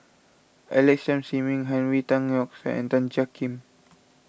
Alex Yam Ziming Henry Tan Yoke See and Tan Jiak Kim